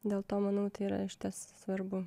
dėl to manau tai yra išties svarbu